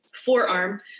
forearm